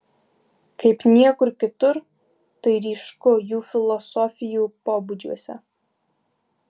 kaip niekur kitur tai ryšku jų filosofijų pobūdžiuose